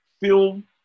film